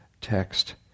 text